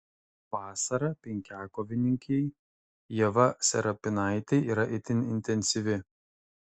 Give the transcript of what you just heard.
vasara penkiakovininkei ieva serapinaitei yra itin intensyvi